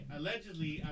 Allegedly